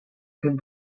could